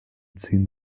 ziehen